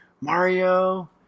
Mario